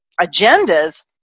agendas